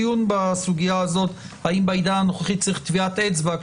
בסוגיה הזאת האם בעידן הנוכחי צריך טביעת אצבע,